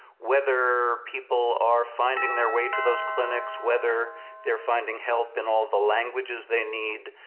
whether people are finding their way to those clinics, whether they're finding help in all the languages they need,